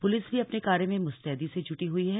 police भी अपने कार्य में मुस्तैदी से जूटी हुई है